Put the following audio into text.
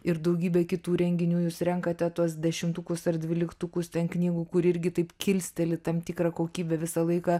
ir daugybė kitų renginių jūs renkate tuos dešimtukus ar dvyliktukus ten knygų kur irgi taip kilsteli tam tikrą kokybę visą laiką